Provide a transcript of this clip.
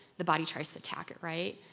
the body tries to attack it, right?